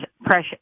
pressure